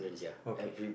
okay